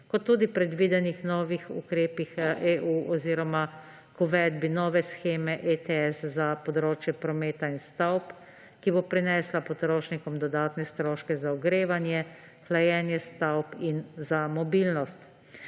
kot tudi predvidenih novih ukrepih EU oziroma k uvedbi nove sheme ETS za področje prometa in stavb, ki bo prinesla potrošnikom dodatne stroške za ogrevanje, hlajenje stavb in za mobilnost.